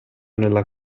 nella